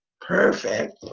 Perfect